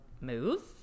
move